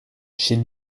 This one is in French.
chez